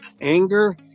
Anger